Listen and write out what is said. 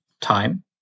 time